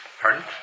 Pardon